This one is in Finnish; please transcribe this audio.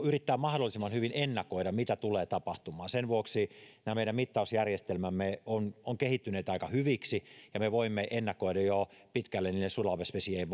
yrittää mahdollisimman hyvin ennakoida mitä tulee tapahtumaan sen vuoksi nämä meidän mittausjärjestelmämme ovat kehittyneet aika hyviksi ja me voimme ennakoida jo pitkälle niiden sulamisvesien